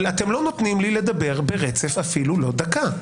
אתם לא נותנים לי לדבר ברצף, אפילו לא דקה.